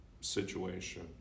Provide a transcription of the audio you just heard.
situation